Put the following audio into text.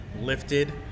lifted